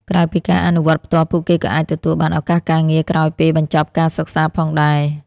ក្រៅពីការអនុវត្តផ្ទាល់ ពួកគេក៏អាចទទួលបាន ឱកាសការងារ ក្រោយពេលបញ្ចប់ការសិក្សាផងដែរ។